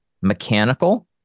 mechanical